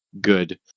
good